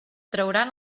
trauran